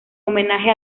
homenaje